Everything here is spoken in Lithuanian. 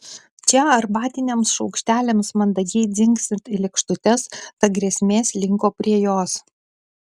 čia arbatiniams šaukšteliams mandagiai dzingsint į lėkštutes ta grėsmė slinko prie jos